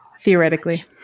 theoretically